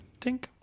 Tink